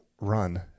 run